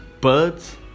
birds